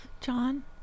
John